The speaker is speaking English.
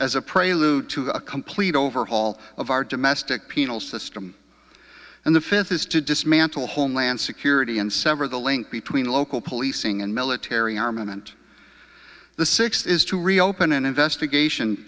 as a prelude to a complete overhaul of our domestic penal system and the fifth is to dismantle homeland security and sever the link between local policing and military armament the sixth is to reopen an investigation